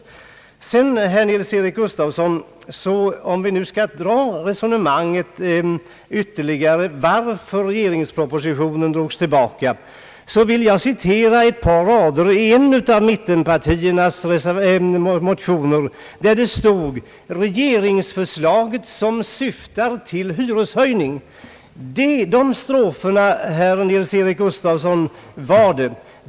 Om vi sedan, herr Nils-Eric Gustafsson, ytterligare skall ta upp resonemanget om anledningen till att regeringspropositionen drogs tillbaka, vill jag citera ett par rader ur en av mittenpartiernas motioner, där det hette: »Regeringsförslaget som syftar till hyreshöjning...» Det var dessa strofer, herr Nils-Eric Gustafsson, som var anledningen.